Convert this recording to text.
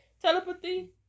telepathy